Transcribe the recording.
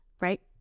right